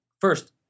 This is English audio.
first